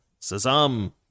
Sazam